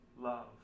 love